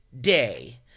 day